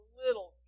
little